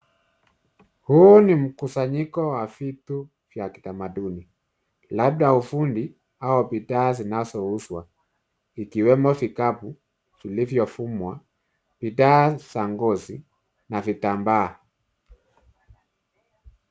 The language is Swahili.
Huu ni mkusanyiko wa vitu vya kitamaduni, labda ufundi au bidhaa zinazouzwa, ikiwemo vikapu vilivyofumwa, bidhaa za ngozi na vitambaa.